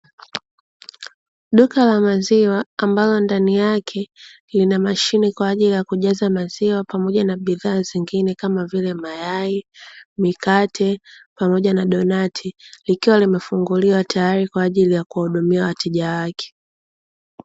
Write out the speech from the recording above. Duka la maziwa, ambalo ndani yake lina mashine kwa ajili ya kujaza maziwa pamoja na bidhaa zingine kama vile; mayai, mikate pamoja na donati. Likiwa limefunguliwa, tayari kwa ajili ya kuhudumia wateja wake.